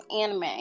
anime